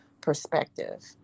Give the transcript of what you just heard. perspective